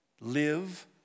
Live